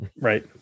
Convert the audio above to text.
Right